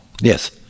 yes